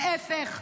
להפך,